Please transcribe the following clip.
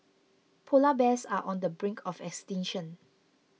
Polar Bears are on the brink of extinction